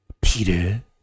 Peter